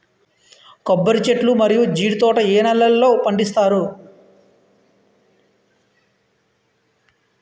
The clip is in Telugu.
కొబ్బరి చెట్లు మరియు జీడీ తోట ఏ నేలల్లో పండిస్తారు?